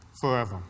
forever